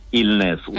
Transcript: illness